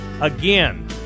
again